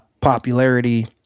popularity